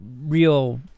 real